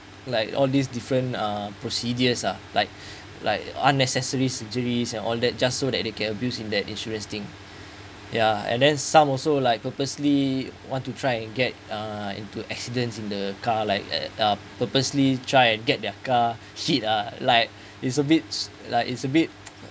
like all these different uh procedures uh like like unnecessary surgeries and all that just so that they can abuse in that insurance thing ya and then some also like purposely want to try and get uh into accident in the car like uh purposely try and get their car hit uh like it's a bit like it's a bit